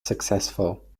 successful